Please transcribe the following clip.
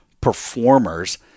performers